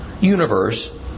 universe